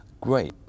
Great